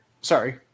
Sorry